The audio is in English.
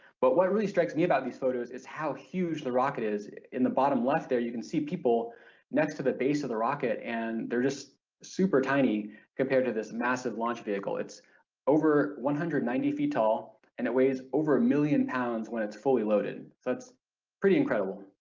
but what really strikes me about these photos is how huge the rocket is in the bottom left there you can see people next to the base of the rocket and they're just super tiny compared to this massive launch vehicle. it's over one hundred and ninety feet tall and it weighs over a million pounds when it's fully loaded that's pretty incredible.